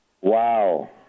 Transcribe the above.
Wow